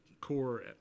core